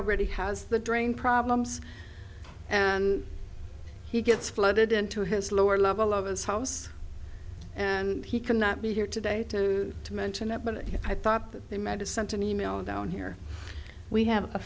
already has the drain problems and he gets flooded into his lower level of his house and he cannot be here today to to mention that but i thought that they made to sent an e mail down here we have a